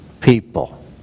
people